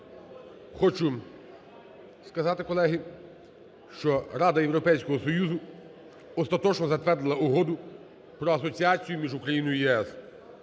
хочу сказати, колеги, що Ради Європейського Союзу остаточно затвердила Угоду про асоціацію між Україною і ЄС.